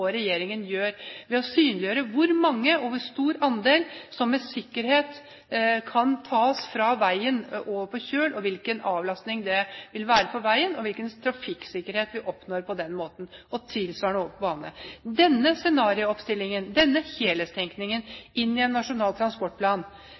og regjeringen vil synliggjøre hvor stor andel som med sikkerhet kan tas fra vei og over på kjøl, og hvilken avlastning det vil være på vei og hvilken trafikksikkerhet vi oppnår på den måten – og tilsvarende over på bane. Denne scenariooppstillingen, denne helhetstenkningen